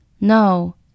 No